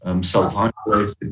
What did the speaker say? self-isolated